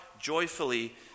joyfully